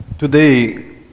Today